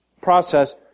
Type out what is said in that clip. process